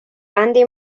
andy